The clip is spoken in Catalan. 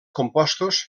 compostos